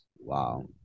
Wow